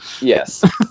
Yes